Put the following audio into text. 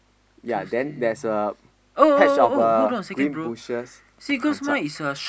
yea then there's a patch of uh green bushes on top